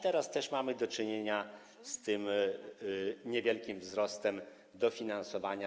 Teraz też mamy do czynienia z tym niewielkim wzrostem dofinansowania.